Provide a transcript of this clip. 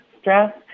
stress